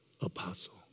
Apostle